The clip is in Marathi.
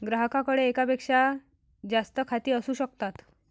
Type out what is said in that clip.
ग्राहकाकडे एकापेक्षा जास्त खाती असू शकतात